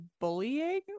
bullying